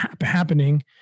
happening